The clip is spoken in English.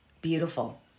Beautiful